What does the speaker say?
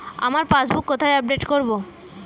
আমার পাসবুক কোথায় আপডেট করব?